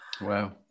Wow